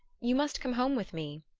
you must come home with me.